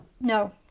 No